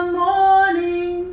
morning